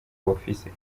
bufise